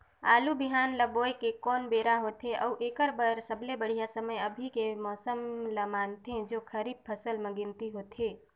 आलू बिहान ल बोये के कोन बेरा होथे अउ एकर बर सबले बढ़िया समय अभी के मौसम ल मानथें जो खरीफ फसल म गिनती होथै?